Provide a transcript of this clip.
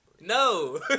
No